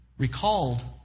recalled